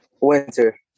winter